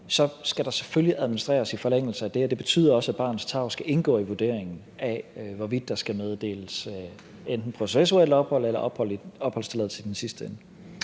selvfølgelig administreres i forlængelse af det. Og det betyder også, at barnets tarv skal indgå i vurderingen af, hvorvidt der skal meddeles enten processuelt ophold eller opholdstilladelse i den sidste ende.